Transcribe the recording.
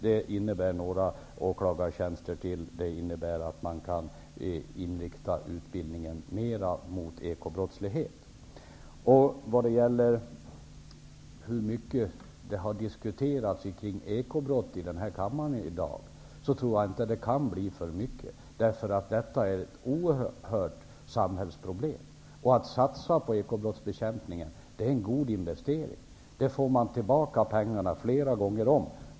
Det skulle innebära några ytterligare åklagartjänster och att man skulle kunna inrikta utbildningen mer mot ekobrottslighet. Vad gäller frågan om hur mycket som har diskuterats kring ekobrott i denna kammare i dag, tror jag inte att det kan bli för mycket, därför att detta är ett oerhört stort samhällsproblem. Att satsa på ekobrottsbekämpning är en god investering. Man får tillbaka pengarna flera gånger om.